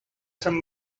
sant